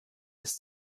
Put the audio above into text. ist